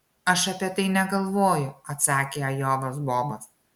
aš apie tai negalvoju atsakė ajovos bobas